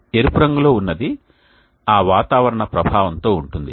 ఎరుపు రంగులో ఉన్నది ఆ వాతావరణ ప్రభావంతో ఉంటుంది